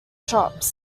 shops